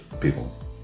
people